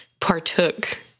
partook